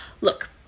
Look